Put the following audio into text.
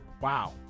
Wow